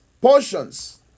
portions